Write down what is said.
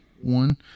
one